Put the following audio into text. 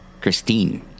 Christine